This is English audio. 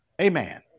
Amen